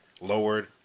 lowered